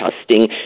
testing